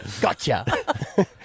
Gotcha